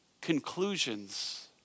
conclusions